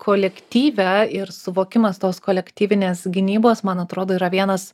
kolektyve ir suvokimas tos kolektyvinės gynybos man atrodo yra vienas